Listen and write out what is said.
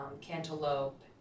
cantaloupe